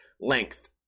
length